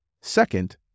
Second